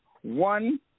one